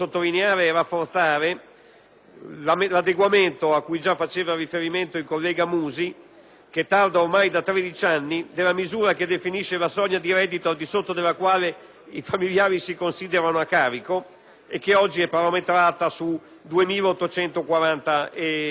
l'adeguamento cui ha fatto riferimento il collega Musi e che tarda ormai da 13 anni, della misura che definisce la soglia di reddito al di sotto della quale i familiari si considerano a carico e che oggi è parametrata su 2.840,51 euro.